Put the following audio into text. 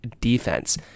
defense